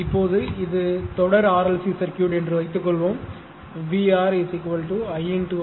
இப்போது இது தொடர் RLC சர்க்யூட் என்று வைத்துக்கொள்வோம் VR I x R